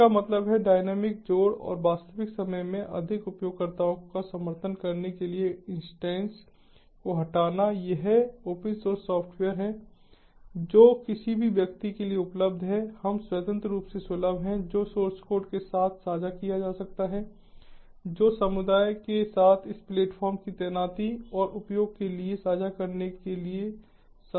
इसका मतलब है डायनेमिक जोड़ और वास्तविक समय में अधिक उपयोगकर्ताओं का समर्थन करने के लिए इंस्टेंसेस को हटाना यह ओपन सोर्स सॉफ्टवेयर है जो किसी भी व्यक्ति के लिए उपलब्ध है हम स्वतंत्र रूप से सुलभ है जो सोर्स कोड के साथ साझा किया जा सकता है जो समुदाय के साथ इस प्लेटफ़ॉर्म की तैनाती और उपयोग के लिए साझा करने के लिए साझा किया जा सकता है